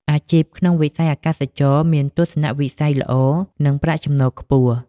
អាជីពក្នុងវិស័យអាកាសចរណ៍មានទស្សនវិស័យល្អនិងប្រាក់ចំណូលខ្ពស់។